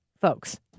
Folks